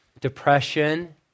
depression